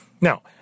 Now